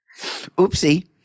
Oopsie